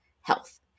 health